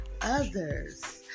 others